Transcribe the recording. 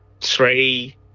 three